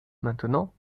maintenant